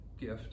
gift